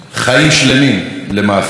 חיים שלמים, למעשה,